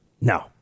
No